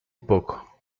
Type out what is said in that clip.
poco